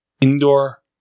Indoor